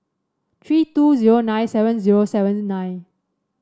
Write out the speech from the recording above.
three two zero nine seven zero seven nine